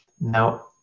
Now